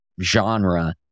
genre